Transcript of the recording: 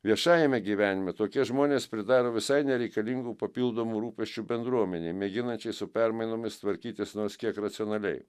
viešajame gyvenime tokie žmonės pridaro visai nereikalingų papildomų rūpesčių bendruomenei mėginančiai su permainomis tvarkytis nors kiek racionaliai